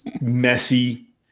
messy